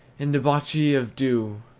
and debauchee of dew,